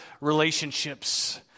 relationships